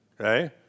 Okay